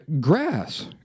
grass